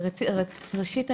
ראשית,